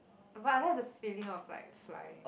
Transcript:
but I like the feeling of like flying